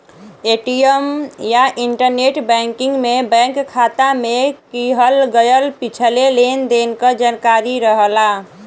ATM या internet banking में bank खाता में किहल गयल पिछले लेन देन क जानकारी रहला